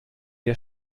der